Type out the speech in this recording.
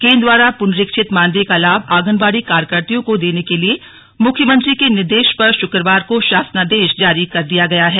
केन्द्र द्वारा पुनरीक्षित मानदेय का लाभ आंगनवाड़ी कार्यकर्वियों को देने के लिए मुख्यमंत्री के निर्देश पर शुक्रवार को शासनादेश जारी कर दिया गया है